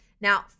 Now